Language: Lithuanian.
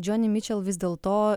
džioni mičel vis dėl to